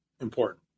important